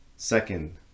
second